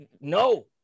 No